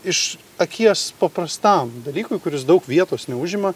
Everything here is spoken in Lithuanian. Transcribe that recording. iš akies paprastam dalykui kuris daug vietos neužima